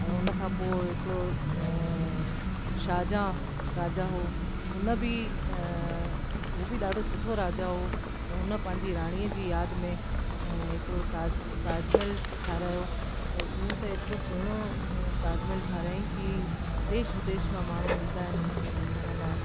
ऐं हुनखां पोइ हिकड़ो शाहजाह राजा हुओ उन बि हो बि ॾाढो सुठो राजा हुओ त हुन पांजी राणीअ जी यादि में ऐं हिकिड़ो ताज ताजमहल ठाहिरायो त उहा त एतिरो सुहिणो ताजमहल ठाहिराई कि देश विदेश मां माण्हू ईंदा आहिनि हुनखे ॾिसण लाइ